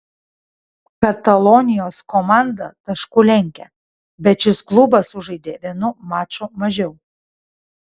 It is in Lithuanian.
katalonijos komanda tašku lenkia bet šis klubas sužaidė vienu maču mažiau